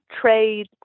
trade